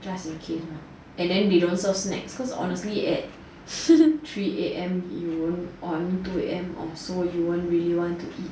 just in case mah and then they don't serve snacks cause honestly at three A_M you won't I menat two A_M or so you won't really want ot eat